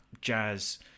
jazz